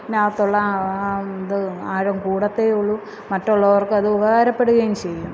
അതിനകത്ത് ഉള്ള ആ ആ ഇത് ആഴം കൂടത്തേയുള്ളൂ മറ്റുള്ളവർക്ക് അത് ഉപകാരപ്പെടുകയും ചെയ്യും